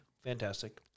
fantastic